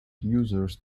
users